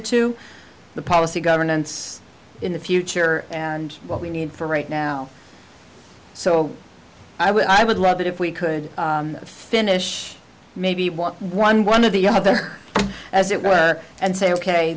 the two the policy governance in the future and what we need for right now so i would i would love it if we could finish maybe walk one one of the other as it were and say ok